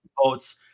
votes